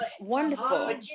wonderful